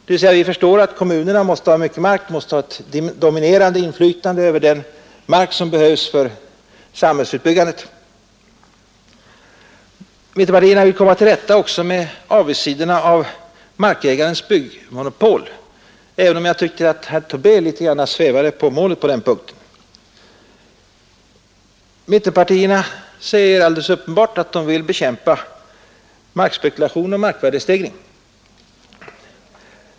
De förstår att kommunerna måste ha mycket mark och ett dominerande inflytande över den mark som behövs för samhällsutbyggandet. De vill komma till rätta med avigsidorna av markägarens byggmonopol, även om jag tycker att herr Tobé svävade litet på målet på den punkten. Mittenpartierna vill uppenbart bekämpa markspekulation och markvärdestegring.